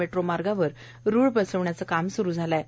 metro मार्गावर रूळ बसविण्याचं कार्य सुरु झालं आहे